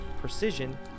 precision